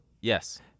Yes